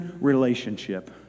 relationship